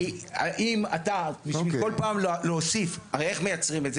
הרי איך מייצרים את זה,